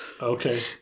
Okay